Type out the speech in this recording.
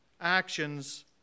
actions